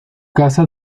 casa